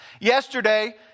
Yesterday